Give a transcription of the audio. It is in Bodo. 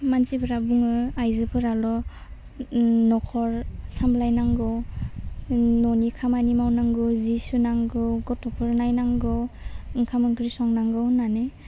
मानसिफ्रा बुङो आइजोफोराल' ओह न'खर सामलायनांगौ न'नि खामानि मावनांगौ जि सुनांगौ गथ'फोर नायनांगौ ओंखाम ओंख्रि संनांगौ होन्नानै